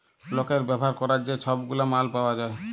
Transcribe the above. লকের ব্যাভার ক্যরার যে ছব গুলা মাল পাউয়া যায়